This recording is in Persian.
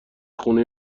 خونه